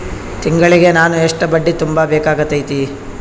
ತಿಂಗಳಿಗೆ ನಾನು ಎಷ್ಟ ಬಡ್ಡಿ ತುಂಬಾ ಬೇಕಾಗತೈತಿ?